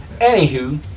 Anywho